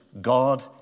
God